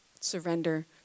surrender